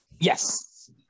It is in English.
Yes